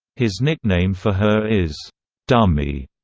his nickname for her is dummy.